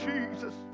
Jesus